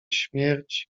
śmierć